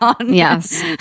yes